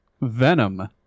venom